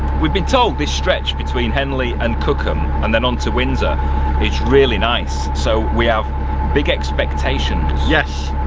we've been told this stretch between henley and cookham and then on to windsor is really nice, so we have big expectations. yes.